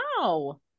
Wow